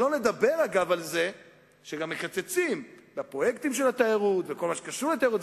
שלא לדבר על זה שגם מקצצים בפרויקטים של התיירות ובכל מה שקשור לתיירות.